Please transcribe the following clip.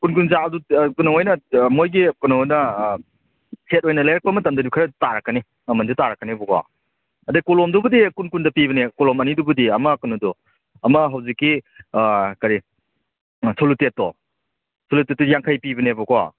ꯀꯨꯟ ꯀꯨꯟ ꯆꯥꯡ ꯑꯗꯨ ꯀꯩꯅꯣꯍꯣꯏꯅ ꯃꯣꯏꯒꯤ ꯀꯩꯅꯣꯅ ꯁꯦꯠ ꯑꯣꯏꯅ ꯂꯩꯔꯛꯄ ꯃꯇꯝꯗꯁꯨ ꯈꯔ ꯇꯥꯔꯛꯀꯅꯤ ꯃꯃꯜꯁꯨ ꯇꯥꯔꯛꯀꯅꯦꯕꯀꯣ ꯑꯗꯩ ꯀꯣꯂꯣꯝꯗꯨꯕꯨꯗꯤ ꯀꯨꯟ ꯀꯨꯟꯗ ꯄꯤꯕꯅꯦ ꯀꯣꯂꯣꯝ ꯑꯅꯤꯗꯨꯕꯨꯗꯤ ꯑꯃ ꯀꯩꯅꯣꯗꯣ ꯑꯃ ꯍꯧꯖꯤꯛꯀꯤ ꯀꯔꯤ ꯁꯣꯂꯨꯇꯦꯠꯇꯣ ꯁꯣꯖꯨꯇꯦꯠꯗꯤ ꯌꯥꯡꯈꯩ ꯄꯤꯕꯅꯦꯕꯀꯣ